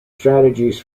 strategies